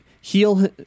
heal